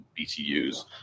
BTUs